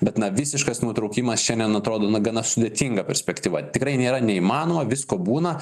bet na visiškas nutraukimas šiandien atrodo na gana sudėtinga perspektyva tikrai nėra neįmanoma visko būna